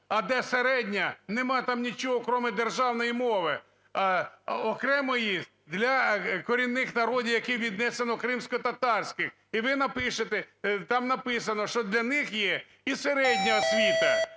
А де середня? Нема там нічого, кроме державної мови. А окремо є для корінних народів, до яких віднесено, кримськотатарських. І ви напишете… там написано, що для них є і середня освіта.